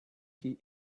key